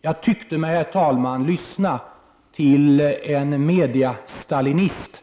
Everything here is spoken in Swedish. Jag tyckte mig, herr talman, lyssna till en ”mediestalinist”,